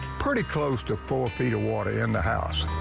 pretty close to four feet of water in the house.